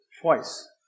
twice